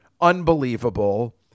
Unbelievable